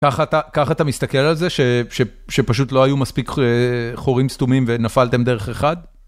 ככה אתה מסתכל על זה, שפשוט לא היו מספיק חורים סתומים ונפלתם דרך אחד?